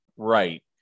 Right